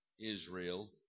Israel